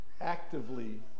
actively